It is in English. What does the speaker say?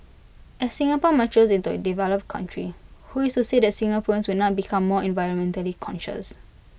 as Singapore matures into A developed country who is said Singaporeans will not become more environmentally conscious